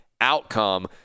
outcome